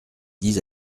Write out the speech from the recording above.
dis